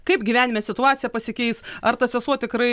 kaip gyvenime situacija pasikeis ar ta sesuo tikrai